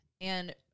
and-